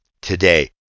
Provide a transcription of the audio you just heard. today